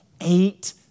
eight